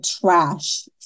trash